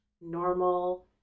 normal